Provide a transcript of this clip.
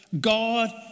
God